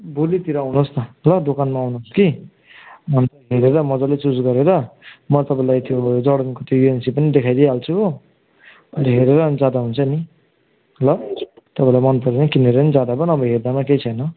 भोलितिर आउनुहोस् न ल दोकानमा आउनुहोस् कि अन्त हेरेर मज्जाले चुज गरेर म तपाईँलाई त्यो जर्डनको त्यो युएनसी पनि देखाइदिइहाल्छु हो अन्त हेरेर अन्त जाँदा हुन्छ नि ल तपाईँलाई मनपऱ्यो भने किनेर पनि जाँदा भयो नभए हेर्दामै केही छैन